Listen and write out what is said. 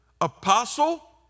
Apostle